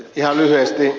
ihan lyhyesti